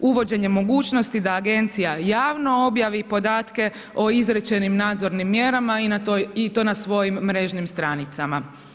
Uvođenje mogućnosti da agencija javno objavi podatke o izrečenim nadzornim mjerama i to na svojim mrežnim stranicama.